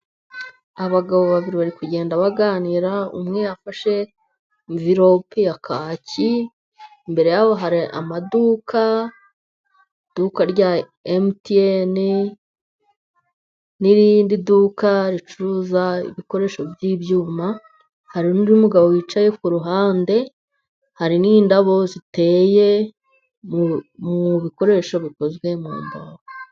Abagabo babiri bari kugenda baganira, umwe yafashe nviropi ya kaki, imbere ya bo hari amaduka, iduka rya Emutiyeni n'irindi duka ricuruza ibikoresho by'ibyuma, hari n'undi mugabo wicaye, ku ruhande hari n'indabo ziteye mu bikoresho bikozwe mu mbaho.